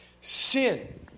sin